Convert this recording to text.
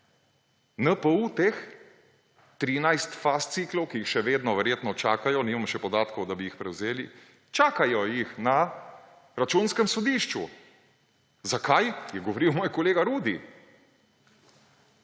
NPU teh 13 fasciklov, ki jih še vedno verjetno čakajo, nimam še podatkov, da bi jih prevzeli, čakajo jih na Računskem sodišču. O tem zakaj, je govoril moj kolega Rudi